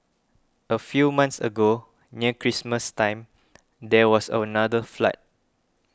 a few months ago near Christmas time there was another flood